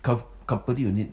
com~ company you need